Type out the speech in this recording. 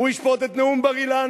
הוא ישפוט את נאום בר-אילן,